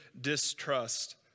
distrust